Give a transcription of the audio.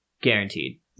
Guaranteed